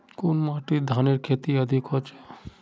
कुन माटित धानेर खेती अधिक होचे?